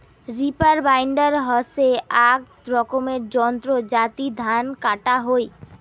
reaper binder হসে আক রকমের যন্ত্র যাতি ধান কাটা হই